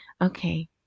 okay